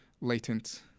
latent